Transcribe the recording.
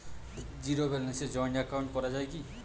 Zero ব্যালেন্সে joint account করা য়ায় কি?